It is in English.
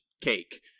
cake